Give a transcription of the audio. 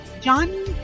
John